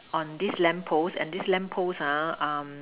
on this lamp post and this lamp post ha uh